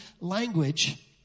language